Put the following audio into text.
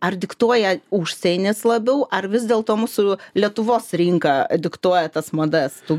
ar diktuoja užsienis labiau ar vis dėlto mūsų lietuvos rinka diktuoja tas madas tų